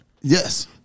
Yes